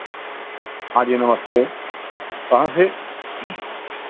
हाँ जी नमस्ते कहाँ से